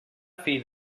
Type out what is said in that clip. fill